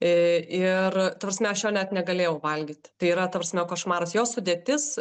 i ir ta prasme aš jo net negalėjau valgyti tai yra ta prasme košmaras jo sudėtis